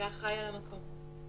והאחראי על המקום.